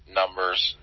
numbers